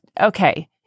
okay